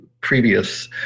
previous